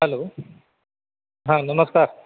hello हां नमस्कार